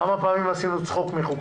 כמה פעמים עשינו צחוק מהצעות חוק?